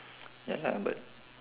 ya lah but